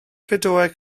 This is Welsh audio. credoau